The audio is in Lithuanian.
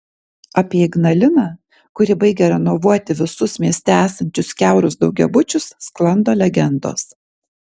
apie ignaliną kuri baigia renovuoti visus mieste esančius kiaurus daugiabučius sklando legendos